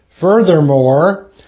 Furthermore